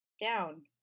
down